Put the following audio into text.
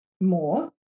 more